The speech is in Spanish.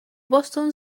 boston